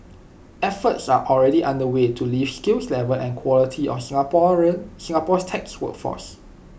efforts are already underway to lift the skill level and quality of Singaporean Singapore's tech workforce